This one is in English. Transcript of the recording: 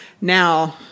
Now